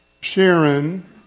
Sharon